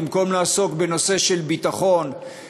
במקום לעסוק בנושא של ביטחון,